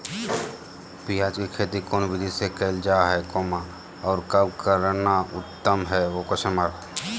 प्याज के खेती कौन विधि से कैल जा है, और कब करना उत्तम है?